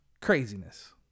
Craziness